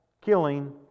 killing